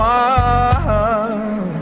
one